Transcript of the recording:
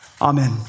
Amen